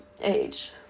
age